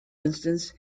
instance